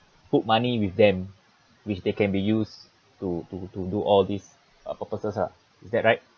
put money with them which they can be used to to to do all this uh purposes lah is that right